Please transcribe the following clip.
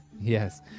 Yes